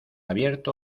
abierto